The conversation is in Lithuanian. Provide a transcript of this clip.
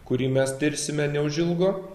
kurį mes tirsime neužilgo